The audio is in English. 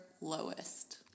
lowest